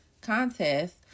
contest